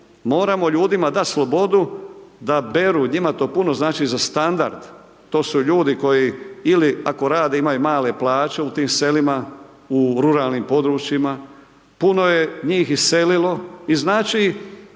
moramo ljudima dat slobodu da beru, njima to puno znači, za standard to su ljudi koji ili ako rade imaju male plaće u tim selima u ruralnim područjima puno je njih iselilo. I znači